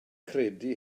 credu